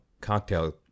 cocktail